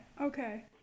okay